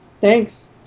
thanks